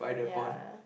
yea